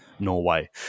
Norway